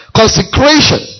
consecration